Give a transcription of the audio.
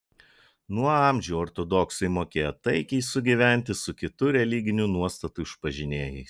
nuo amžių ortodoksai mokėjo taikiai sugyventi su kitų religinių nuostatų išpažinėjais